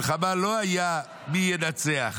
המלחמה לא הייתה מי ינצח.